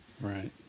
Right